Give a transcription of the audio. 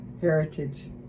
heritage